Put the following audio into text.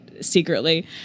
secretly